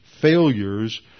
failures